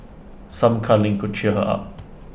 some cuddling could cheer her up